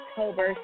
October